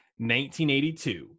1982